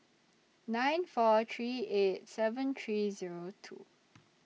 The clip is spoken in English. nine four three eight seven three Zero two